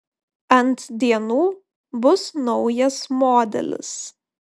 ant dienų bus naujas modelis